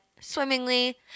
swimmingly